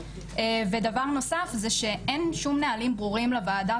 ודבר נוסף זה שאין שום נהלים ברורים לוועדה,